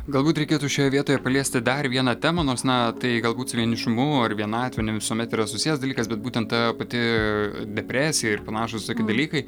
galbūt reikėtų šioje vietoje paliesti dar vieną temą nors na tai galbūt su vienišumu ar vienatve ne visuomet yra susijęs dalykas bet būtent ta pati depresija ir panašūs toki dalykai